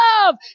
love